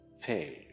fail